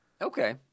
Okay